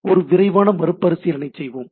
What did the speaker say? எனவே ஒரு விரைவான மறுபரிசீலனை செய்வோம்